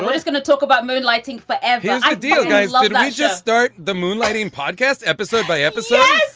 what is going to talk about moonlighting for an yeah ideal guy? like i just start the moonlighting podcast episode by episode.